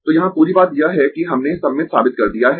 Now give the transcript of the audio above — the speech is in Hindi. तो यहाँ पूरी बात यह है कि हमने सममित साबित कर दिया है